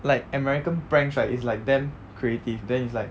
like american pranks right is like damn creative then it's like